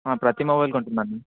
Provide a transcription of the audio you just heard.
ప్రతి మొబైల్కు ఉంటుంది అండి